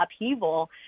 upheaval